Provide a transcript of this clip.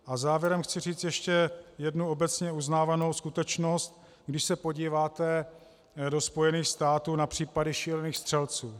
A závěrem chci říct ještě jednu obecně uznávanou skutečnost, když se podíváte do Spojených států na případy šílených střelců.